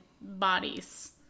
bodies